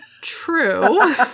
true